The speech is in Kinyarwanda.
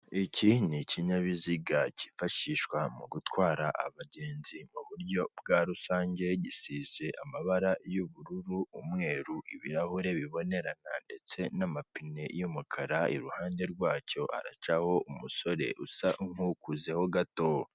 Iki ni ikinyabiziga cyifashishwa mu gutwara abagenzi muburyo bwa rusange, gisize amabara y'ubururu, umweru, ibirahure bibonerana ndetse n'amapine y'umukara, iruhande rwacyo haracaho umusore usa nk'ukuzeho gato.